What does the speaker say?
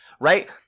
right